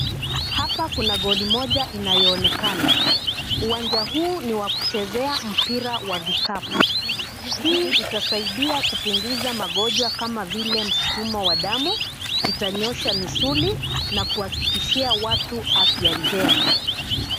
Hapa kuna goli moja inayoonekana. Uwanja huu ni wa kuchezea mpira wa vikapu. Hii itasaidia kupunguza magonjwa kama vile msukumo wa damu, itanyoosha misuli na kuhakikishia watu afya njema.